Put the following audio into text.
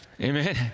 Amen